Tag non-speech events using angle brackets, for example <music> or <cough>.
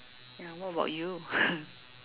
ya what about you <laughs>